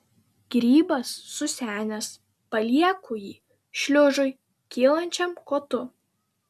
grybas susenęs palieku jį šliužui kylančiam kotu